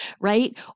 right